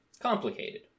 complicated